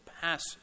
passage